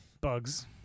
Bugs